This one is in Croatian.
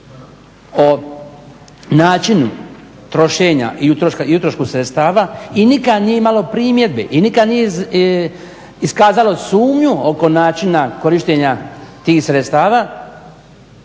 o načinu trošenja i o utrošku sredstava i nikad nije imalo primjedbi i nikad nije iskazalo sumnju oko načina korištenja tih sredstava,